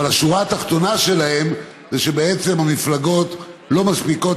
אבל השורה התחתונה שלה זה בעצם שהמפלגות לא מספיקות